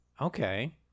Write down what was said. Okay